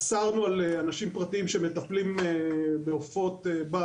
אסרנו על אנשים פרטיים שמטפלים בעופות בר